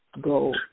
go